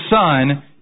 Son